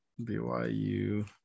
BYU